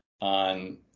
on